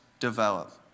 develop